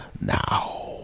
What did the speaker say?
now